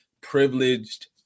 privileged